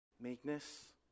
Meekness